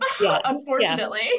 Unfortunately